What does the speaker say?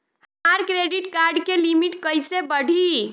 हमार credit card के limit कइसे बढ़ी?